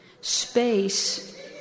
space